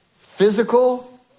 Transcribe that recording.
physical